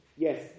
Yes